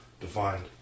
defined